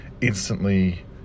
instantly